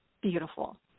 Beautiful